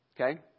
Okay